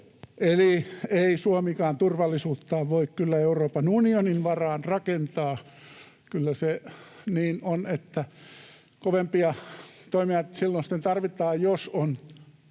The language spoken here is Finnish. Eli ei Suomikaan turvallisuuttaan voi kyllä Euroopan unionin varaan rakentaa. Kyllä se niin on, että kovempia toimia silloin tarvitaan, jos on